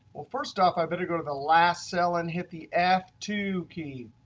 first off, i better go to the last cell and hit the f two key.